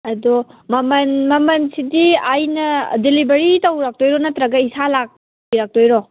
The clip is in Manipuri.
ꯑꯗꯣ ꯃꯃꯟꯁꯤꯗꯤ ꯑꯩꯅ ꯗꯤꯂꯤꯕꯔꯤ ꯇꯧꯔꯛꯇꯣꯏꯔꯣ ꯅꯠꯇ꯭ꯔꯒ ꯏꯁꯥ ꯂꯥꯛꯄꯤꯔꯛ ꯇꯣꯏꯔꯣ